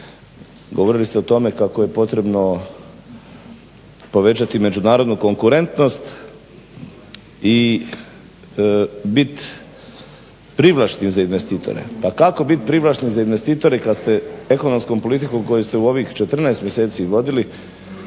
Govorili ste o tome kako je potrebno povećati međunarodnu konkurentnost i biti privlačni za investitore. Pa kako biti privlačni za investitore kad ste ekonomskom politikom koju ste u ovih 14 mjeseci vodili